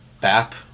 BAP